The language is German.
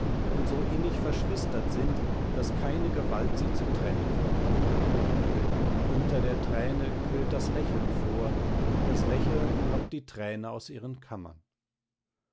und so innig verschwistert sind daß keine gewalt sie zu trennen vermag unter der träne quillt das lächeln vor das lächeln lockt die träne aus ihren kammern